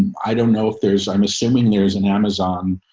i don't know if there's, i'm assuming there's an amazon,